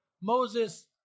Moses